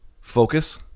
focus